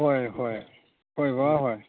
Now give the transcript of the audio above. ꯍꯣꯏ ꯍꯣꯏ ꯍꯣꯏ ꯕꯕꯥ ꯍꯣꯏ